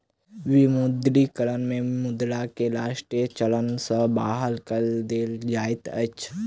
विमुद्रीकरण में मुद्रा के राष्ट्रीय चलन सॅ बाहर कय देल जाइत अछि